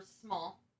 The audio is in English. small